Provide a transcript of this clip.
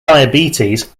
diabetes